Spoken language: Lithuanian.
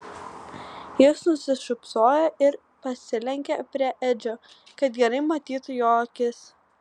jis nusišypsojo ir pasilenkė prie edžio kad gerai matytų jo akis